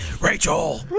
Rachel